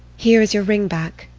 here is your ring back.